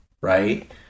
right